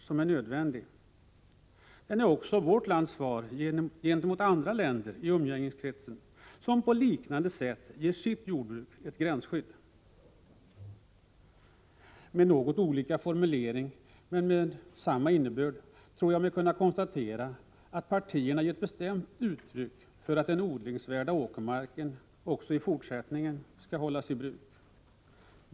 Detta skydd är också vårt lands svar till andra lär v. ; umgängeskretsen som på liknande sätt ger sitt jordbruk ett gränsskydd. Något annorlunda uttryckt, men med samma innebörd, tror jag att det kan konstateras att partierna härmed gett bestämt uttryck för att den odlingsvärda åkermarken också i fortsättningen skall hållas i bruk.